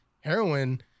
heroin